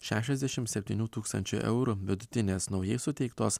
šešiasdešim septynių tūkstančių eurų vidutinės naujai suteiktos